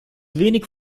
wenig